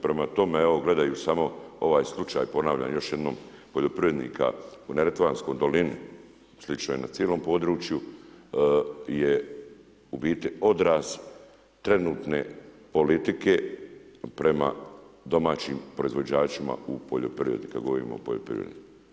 Prema tome, evo gledajući samo ovaj slučaj, ponavljam još jednom poljoprivrednika u Neretvanskoj dolini, slično je na cijelom području je u biti odraz trenutne politike prema domaćim proizvođačima u poljoprivredi, kada govorimo o poljoprivredi.